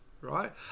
right